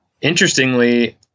interestingly